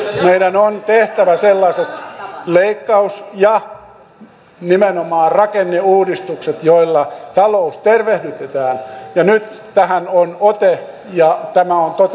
meidän on tehtävä sellaiset leikkaus ja nimenomaan rakenneuudistukset joilla talous tervehdytetään ja nyt tähän on ote ja tämä on toteutumassa